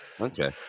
Okay